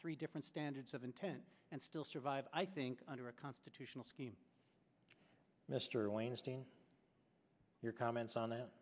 three different standards of intent and still survive i think under a constitutional scheme mr wainstein your comments on that